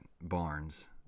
barnes